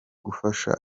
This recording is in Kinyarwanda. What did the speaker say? gufasha